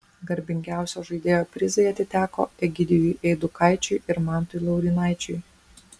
garbingiausio žaidėjo prizai atiteko egidijui eidukaičiui ir mantui laurynaičiui